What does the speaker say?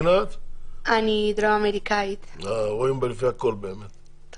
בבית דתי אז